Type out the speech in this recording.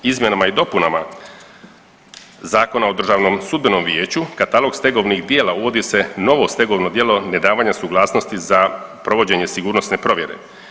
Izmjenama i dopunama Zakona o Državnom sudbenom vijeću katalog stegovnih dijela uvodi se novo stegovno djelo nedavanja suglasnosti za provođenje sigurnosne provjere.